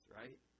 right